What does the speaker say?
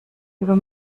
über